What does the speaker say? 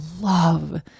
love